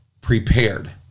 prepared